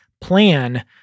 plan